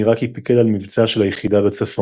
נראה כי פיקד על מבצע של היחידה בצפון.